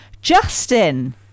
Justin